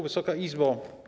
Wysoka Izbo!